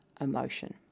emotion